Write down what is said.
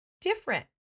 different